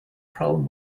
problem